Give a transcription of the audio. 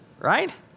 Right